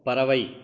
பறவை